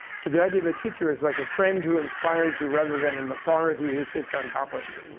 so the idea of a teacher is like a friend who inspires you rather than an authority who sits on top of you,